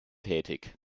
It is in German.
tätig